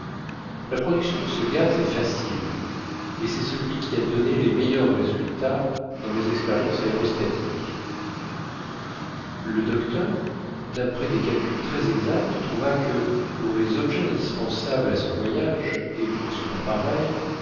la production de ce gaz est facile et c'est celui qui a donné les meilleurs résultats dans les expériences aérostatiques le docteur d'après des calculs très exacts trouva que pour les objets indispensables à son voyage et pour son appareil